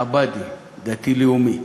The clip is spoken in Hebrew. חב"די, דתי לאומי,